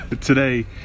today